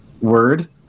word